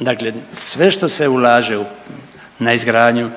dakle sve što se ulaže na izgradnju